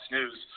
News